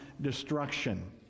destruction